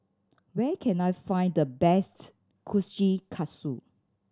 where can I find the best Kushikatsu